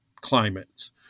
climates